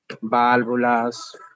válvulas